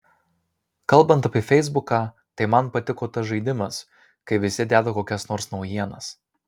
kalbant apie feisbuką tai man patiko tas žaidimas kai visi deda kokias nors naujienas